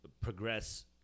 progress